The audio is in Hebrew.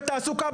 בתעסוקה,